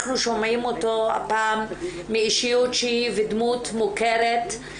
אנחנו שומעים אותו הפעם מאישיות ודמות מוכרת,